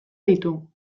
ditu